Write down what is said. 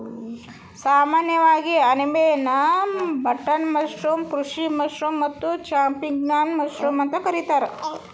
ಸಾಮಾನ್ಯವಾಗಿ ಅಣಬೆಯನ್ನಾ button mushroom, ಕೃಷಿ ಮಶ್ರೂಮ್ ಮತ್ತ ಚಾಂಪಿಗ್ನಾನ್ ಮಶ್ರೂಮ್ ಅಂತ ಕರಿತಾರ